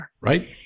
Right